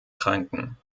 kranken